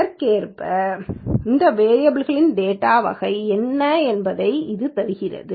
அதற்கேற்ப இந்த வேரியபல் களின் டேட்டா வகை என்ன என்பதை இது தருகிறது